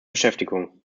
beschäftigung